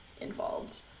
Involved